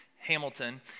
Hamilton